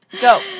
Go